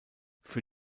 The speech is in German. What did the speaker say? für